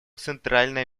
центральное